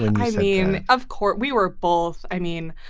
ah i mean, of course, we were both. i mean,